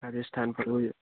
રાજસ્થાન ફરવું છે